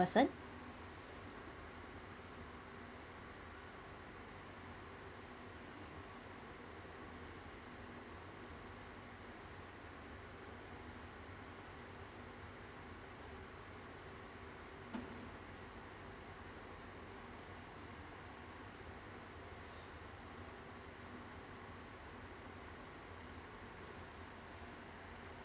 person